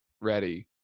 ready